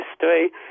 history